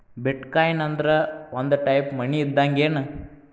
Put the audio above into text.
ಬಿಟ್ coin ಅಂದ್ರ ಒಂದ type money ಇದ್ದಂಗ್ಗೆನ್